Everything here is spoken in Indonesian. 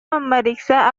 memeriksa